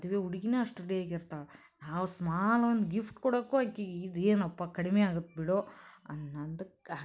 ಮದುವೆ ಹುಡ್ಗಿನ ಅಷ್ಟು ರೆಡಿಯಾಗಿರ್ತಾಳೆ ನಾವು ಸ್ಮಾಲ್ ಒಂದು ಗಿಫ್ಟ್ ಕೊಡೋಕು ಆಕೆಗ್ ಇದೇನಪ್ಪ ಕಡಿಮೆ ಆಗುತ್ತೆ ಬಿಡು ಅನ್ನಂಗೆ ಆಗುತ್ತೆ